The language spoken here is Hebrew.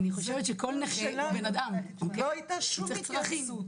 אני חושבת שכל נכה הוא בן אדם שיש לו צרכים,